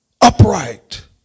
upright